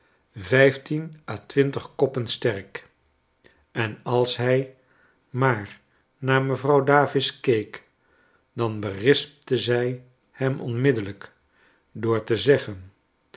en als hij maar naar mevrouw davis keek dan berispte zij hem onmiddellijk door te zeggen